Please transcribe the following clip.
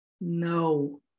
No